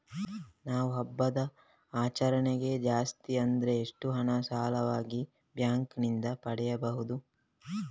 ನಾವು ಹಬ್ಬದ ಆಚರಣೆಗೆ ಜಾಸ್ತಿ ಅಂದ್ರೆ ಎಷ್ಟು ಹಣ ಸಾಲವಾಗಿ ಬ್ಯಾಂಕ್ ನಿಂದ ಪಡೆಯಬಹುದು?